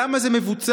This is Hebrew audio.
למה זה מבוצע?